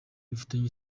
bifitanye